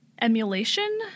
emulation